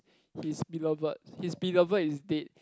his beloved his beloved is dead